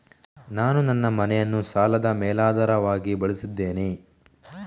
ನಾನು ನನ್ನ ಮನೆಯನ್ನು ಸಾಲದ ಮೇಲಾಧಾರವಾಗಿ ಬಳಸಿದ್ದೇನೆ